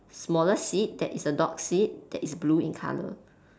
smaller seat that is a dog seat that is blue in colour